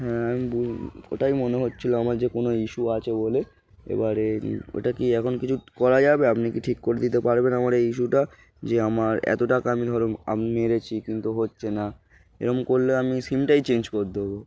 হ্যাঁ আমি ওটাই মনে হচ্ছিলো আমার যে কোনো ইস্যু আছে বলে এবারে ওটা কি এখন কিছু করা যাবে আপনি কি ঠিক করে দিতে পারবেন আমার এই ইস্যুটা যে আমার এত টাকা আমি ধরো মেরেছি কিন্তু হচ্ছে না এরকম করলে আমি সিমটাই চেঞ্জ কর দেবো